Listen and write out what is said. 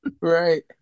Right